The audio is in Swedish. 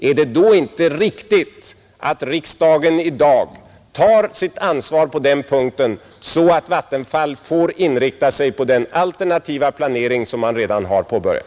Är det då inte riktigt att riksdagen i dag tar sitt ansvar på denna punkt, så att Vattenfall får inrikta sig på den alternativa planering som man redan har påbörjat?